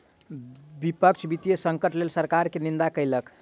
विपक्ष वित्तीय संकटक लेल सरकार के निंदा केलक